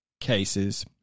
cases